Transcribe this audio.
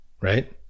right